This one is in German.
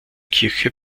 kirche